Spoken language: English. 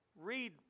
read